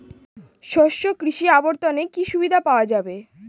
শস্য কৃষি অবর্তনে কি সুবিধা পাওয়া যাবে?